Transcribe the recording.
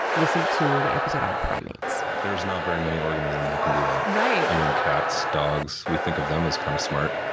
listen to the episode on primates. there's not very many organisms that can do that. i mean cats, dogs, we think of them as kind of smart,